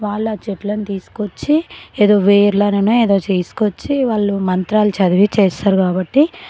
వాళ్ళు ఆ చెట్లని తీసుకొచ్చి ఏదో వేర్లనునో ఏదో చేసుకొచ్చి వాళ్ళు మంత్రాలు చదివి చేస్తారు కాబట్టి